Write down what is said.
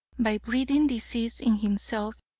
by breeding disease in himself,